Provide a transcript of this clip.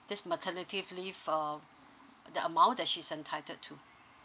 this maternity leave uh the amount that she's entitled to